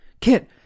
Kit